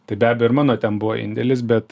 tai be abejo mano ten buvo indėlis bet